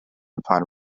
upon